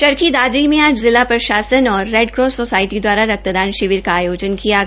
चरखी दादरी मे आज जिला प्रशासन और रेडक्रास सोसायटी दवारा रक्तदान शिविर का आयोजन किया गया